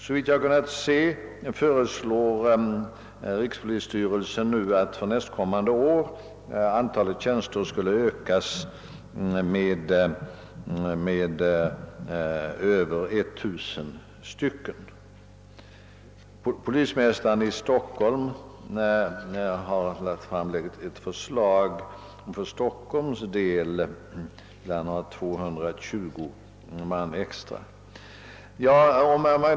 Såvitt jag kunnat se, föreslår rikspolisstyrelsen att för nästkommande år antalet tjänster skulle ökas med över 1000 stycken. Polismästaren i Stockholm har lagt fram ett förslag för Stockholms del i vilket han har upptagit 220 man extra.